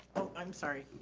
i'm sorry,